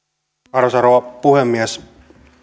arvoisa rouva puhemies